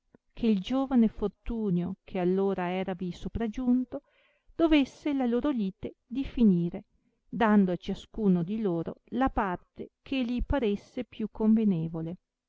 che giovane fortunio che allora eravi sopragiunto dovesse la loro lite difinire dando a ciascuno di loro la parte che li paresse più convenevole